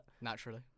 Naturally